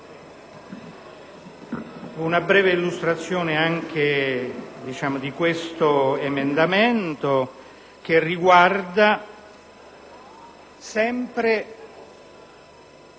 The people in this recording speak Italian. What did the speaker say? una breve illustrazione di questo emendamento, che riguarda sempre